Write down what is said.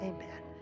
Amen